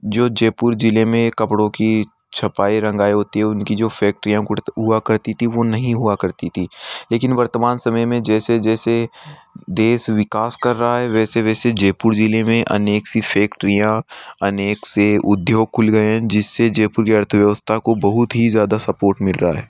जो जयपुर जिले में कपड़ों की छपाई रंगाई होती है उनकी जो फैक्ट्री हुआ करती थी वो नहीं हुआ करती थी लेकिन वर्तमान समय में जैसे जैसे देश विकास कर रहा है वैसे वैसे जयपुर जिले में अनेक सी फैक्ट्रियाँ अनेक से उद्योग खुल गए हैं जिससे जयपुर के अर्थव्यवस्था को बहुत ही ज़्यादा सपोर्ट मिल रहा है